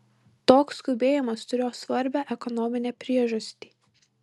toks skubėjimas turėjo svarbią ekonominę priežastį